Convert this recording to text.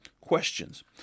questions